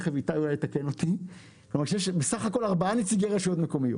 כלומר, שיש בסך הכל ארבעה נציגי רשויות מקומיות.